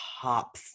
top